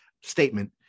statement